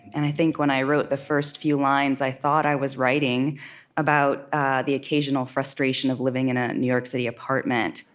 and i think, when i wrote the first few lines, i thought i was writing about the occasional frustration of living in a new york city apartment.